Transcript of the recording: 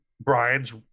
Brian's